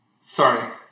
Sorry